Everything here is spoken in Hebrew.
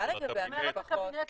מה לגבי ה --- במסגרת הקבינט,